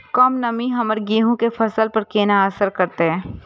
कम नमी हमर गेहूँ के फसल पर केना असर करतय?